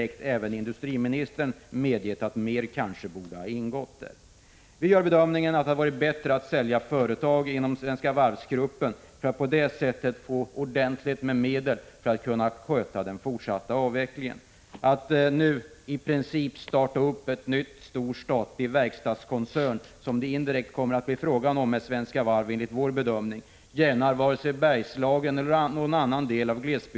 Detta har även industriministern indirekt medgett när han säger 29 maj 1986 att mer kanske borde ha ingått. Vi gör bedömningen att det hade varit bättre att sälja företag inom Svenska Varv-gruppen för att få ordentligt med medel för att kunna sköta den fortsatta avvecklingen. Varken Bergslagen eller någon annan glesbygd tjänar på att man nu i princip startar en ny stor statlig verkstadskoncern med Svenska Varv, som det enligt vår bedömning indirekt blir fråga om.